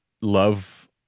love